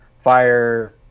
Fire